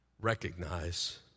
recognize